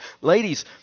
ladies